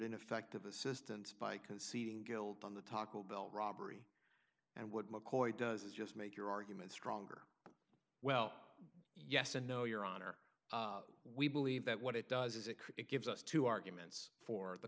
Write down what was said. ineffective assistance by conceding guilt on the taco bell robbery and what mccoy does is just make your argument stronger well yes and no your honor we believe that what it does is it it gives us two arguments for the